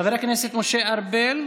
חבר הכנסת משה ארבל?